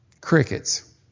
Crickets